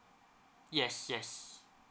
yes yes